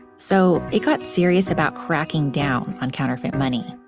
so it got serious about cracking down on counterfeit money.